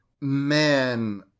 man